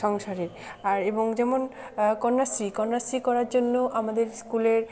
সংসারের আর এবং যেমন কন্যাশ্রী কন্যাশ্রী করার জন্য আমাদের স্কুলের